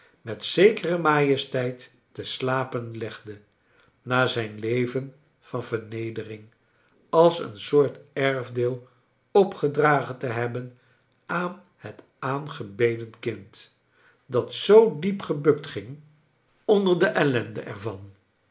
met zekere majesteit te slapen legde na zijn leven van vernedering als een soort erfdeel opgedragen te heb ben aan het aangcbeden kind dat zoo diep gebukt ging onder kleine dokkit de ellende er